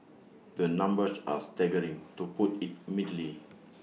the numbers are staggering to put IT mildly